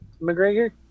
McGregor